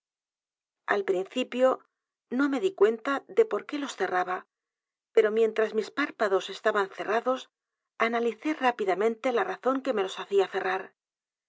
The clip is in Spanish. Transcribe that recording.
al principio no me di cuenta de por qué los cerraba pero mientras mis párpados estaban cerrados analicé rápidamente la razón que me los hacía cerrar